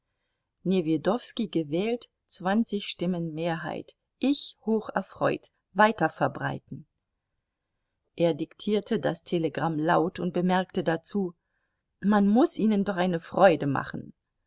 newjedowski gewählt zwanzig stimmen mehrheit ich hocherfreut weiterverbreiten er diktierte das telegramm laut und bemerkte dazu man muß ihnen doch eine freude machen